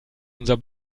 unser